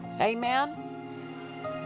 Amen